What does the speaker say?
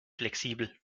flexibel